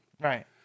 Right